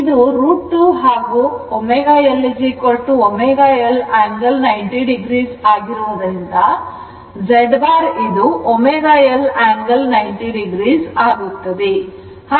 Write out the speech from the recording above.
ಇದು √ 2 ಹಾಗೂ ω L ω L angle 90 o ಆಗಿರುವುದರಿಂದ Z bar ಇದು ω L angle 90 o ಆಗುತ್ತದೆ